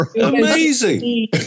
Amazing